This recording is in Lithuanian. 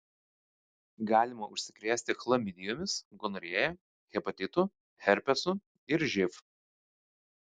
galima užsikrėsti chlamidijomis gonorėja hepatitu herpesu ir živ